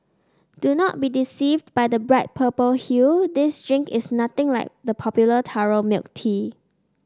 do not be deceived by the bright purple hue this drink is nothing like the popular taro milk tea